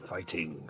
Fighting